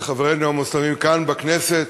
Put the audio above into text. לחברינו המוסלמים כאן בכנסת